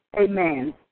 Amen